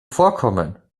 vorkommen